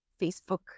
Facebook